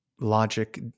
logic